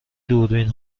دوربین